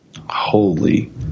holy